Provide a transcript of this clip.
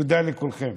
תודה לכולכם.